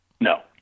No